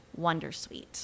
wondersuite